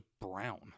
brown